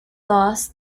lost